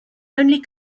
only